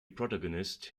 protagonist